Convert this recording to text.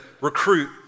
recruit